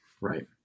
Right